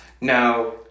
Now